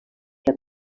que